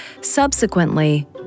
Subsequently